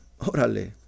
Orale